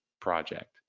project